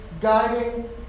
guiding